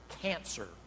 cancer